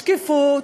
שקיפות.